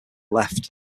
left